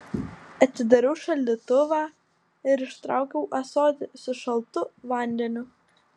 atidariau šaldytuvą ir ištraukiau ąsotį su šaltu vandeniu